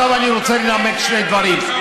מה שמיקי אמר לך זה בלי צביעות.